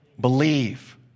Believe